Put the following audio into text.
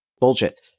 bullshit